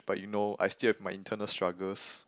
but you know I still have my internal struggles